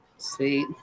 See